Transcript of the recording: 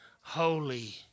holy